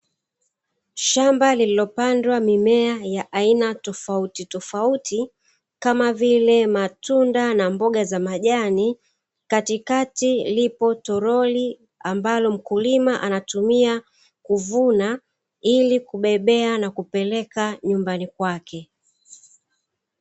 Shamba lililopandwa mimea ya aina tofautitofauti, kama vile matunda na mboga za majani katikati lipo toroli ambalo mkulima anatumia kuvuna, ili kubebea na kupeleka nyumbani kwake.